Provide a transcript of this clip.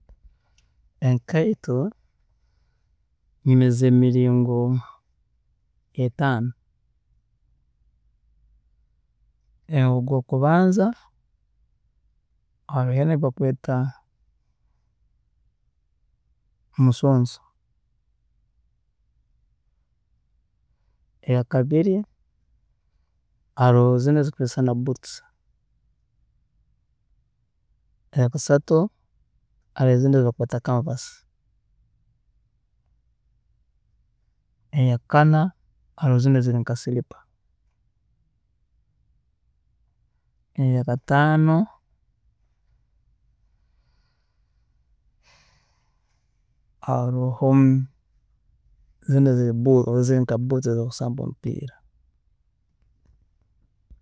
Enkaito nyine ezemiringo etaano, ogwokubanza haroho enu eyibakweeta musonso, eyakabiri haroho zinu ezikwiisana boots, eyakasata haroho ezindi ezibakweeta canvas, eyakana haroho ezindi eziri nka siripa, eyakataano, haroho zinu boot eziri nka boot ezokusamba omupiira.